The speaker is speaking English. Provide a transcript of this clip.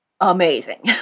amazing